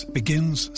begins